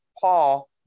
Paul